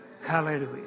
hallelujah